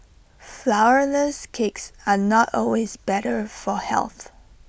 Flourless Cakes are not always better for health